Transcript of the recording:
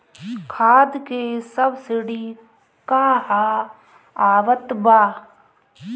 खाद के सबसिडी क हा आवत बा?